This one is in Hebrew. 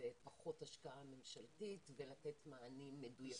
בפחות השקעה ממשלתית ולתת מענים מדויקים.